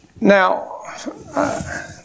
Now